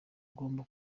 ugomba